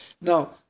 Now